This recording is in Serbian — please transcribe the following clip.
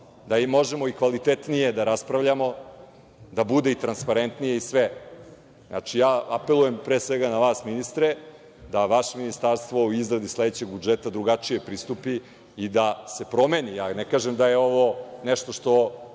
da možemo i kvalitetnije da raspravljamo, da bude i transparentnije i sve. Znači, ja apelujem pre svega na vas, ministre, da vaše Ministarstvo u izradi sledećeg budžeta drugačije pristupi i da se promeni, ja ne kažem da je ovo nešto što